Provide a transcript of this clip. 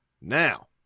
Now